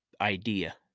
idea